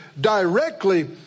directly